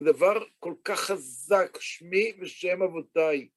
דבר כל כך חזק, שמי ושם אבותיי.